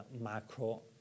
macro